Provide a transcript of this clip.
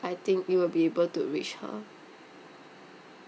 I think it will be able to reach her